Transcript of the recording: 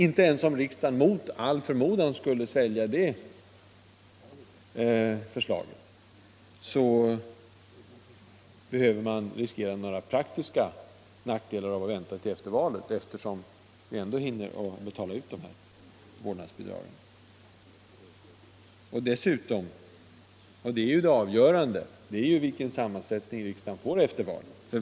Inte ens om riksdagen mot all förmodan skulle svälja det förslaget behöver man riskera några praktiska nackdelar med att vänta till efter valet — eftersom vårdnadsbidragen ändå hinner betalas ut. Dessutom är det avgörande vilken sammansättning riksdagen får efter valet.